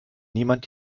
niemand